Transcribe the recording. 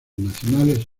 nacionales